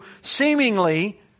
seemingly